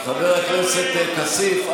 חבר הכנסת כסיף,